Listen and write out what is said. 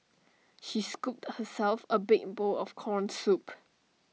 she scooped herself A big bowl of Corn Soup